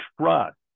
trust